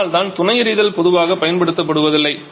அதனால்தான் துணை எரிதல் பொதுவாக பயன்படுத்தப்படுவதில்லை